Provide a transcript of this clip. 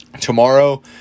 Tomorrow